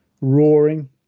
roaring